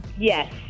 Yes